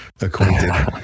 acquainted